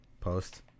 post